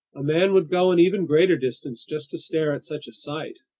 a man would go an even greater distance just to stare at such a sight!